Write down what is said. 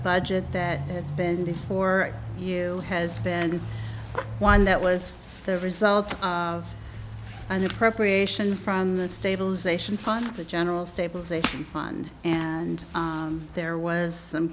budget that has been before you has been one that was the result of an appropriation from the stabilization fund of the general stabilization fund and there was some